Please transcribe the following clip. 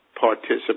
participate